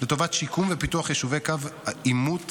לטובת שיקום ופיתוח יישובי קו העימות